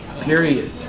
period